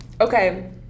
Okay